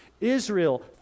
Israel